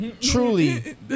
Truly